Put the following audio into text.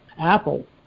apple